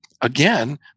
again